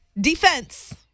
defense